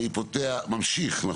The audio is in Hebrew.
אני פותח את